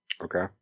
Okay